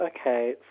Okay